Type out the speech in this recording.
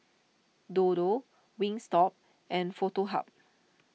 Dodo Wingstop and Foto Hub